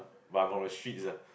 but I'm from the streets ah